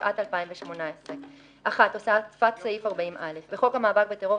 התשע"ט-2018 הוספת סעיף 40א 1. בחוק המאבק בטרור,